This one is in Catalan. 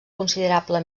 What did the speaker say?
considerable